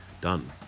Done